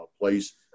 place